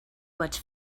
vaig